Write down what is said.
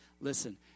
listen